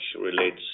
relates